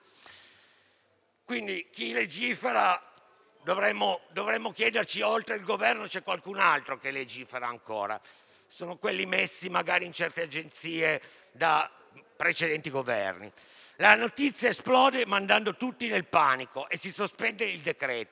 Quindi, dovremmo chiederci se oltre al Governo c'è qualcun altro che legifera, magari quelli messi in certe agenzie da precedenti Governi. La notizia esplode mandando tutti nel panico e si sospende il decreto.